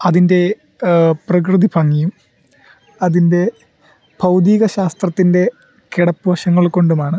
അതിൻ്റെ പ്രകൃതി ഭംഗിയും അതിൻ്റെ ഭൗതികശാസ്ത്രത്തിൻ്റെ കിടപ്പുവശങ്ങൾ കൊണ്ടുമാണ്